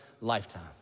lifetime